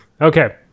okay